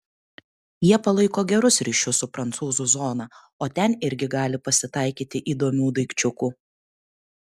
jie palaiko gerus ryšius su prancūzų zona o ten irgi gali pasitaikyti įdomių daikčiukų